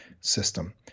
system